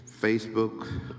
Facebook